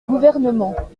gouvernements